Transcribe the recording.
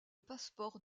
passeport